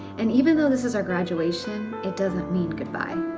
and even though this is our graduation, it doesn't mean goodbye.